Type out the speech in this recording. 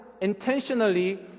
intentionally